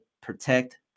protect